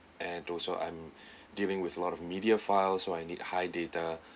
and also I'm dealing with lot of media files so I need high data